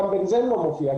גם בנזן לא מופיע,